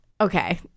Okay